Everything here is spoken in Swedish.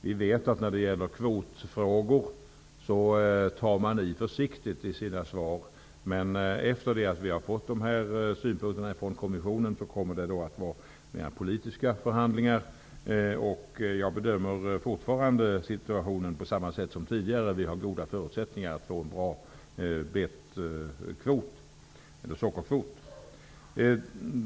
Vi vet att man när det gäller kvotfrågor uttrycker sig försiktigt i sina svar, men efter det att vi har fått de här synpunkterna från kommissionen kommer det att föras mera politiska förhandlingar. Jag bedömer situationen på samma sätt som tidigare: Vi har goda förutsättningar att få en bra sockerkvot.